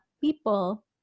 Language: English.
people